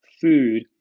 food